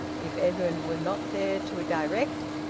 if edwin were not there to direct,